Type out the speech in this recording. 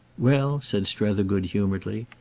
well, said strether, good-humouredly,